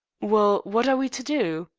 well, what are we to do?